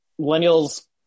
millennials